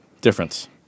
Difference